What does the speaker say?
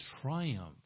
triumph